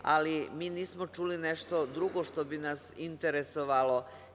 Ali, mi nismo čuli nešto drugo što bi nas interesovalo.